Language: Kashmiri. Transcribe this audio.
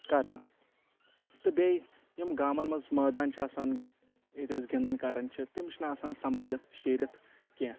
کرنہٕ تہٕ بییٚہِ یِم گامن منٛز مٲدان چھِ آسان ییٚتہِ أسۍ گنٛدان کران چھِ تِم چھِنہٕ آسان سمبٲلِتھ شیٖرِتھ کینٛہہ